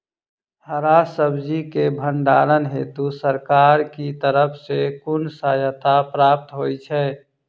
हरा सब्जी केँ भण्डारण हेतु सरकार की तरफ सँ कुन सहायता प्राप्त होइ छै?